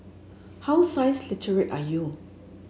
how science literate are you